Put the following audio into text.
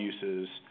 uses